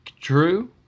true